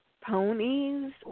ponies